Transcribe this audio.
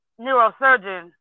neurosurgeon